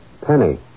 Penny